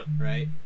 right